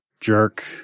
jerk